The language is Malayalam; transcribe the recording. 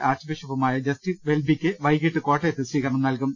ആർച്ചുബിഷപ്പുമായ ജസ്റ്റിൻ വെൽബിക്ക് വൈകിട്ട് കോട്ടയത്ത് സ്വീകരണം നൽകും